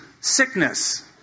sickness